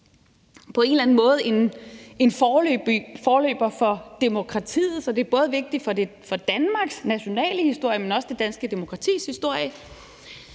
på en eller anden måde en forløber for demokratiet, så det er både vigtigt for Danmarks nationale historie, men også det danske demokratis historie.